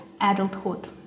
adulthood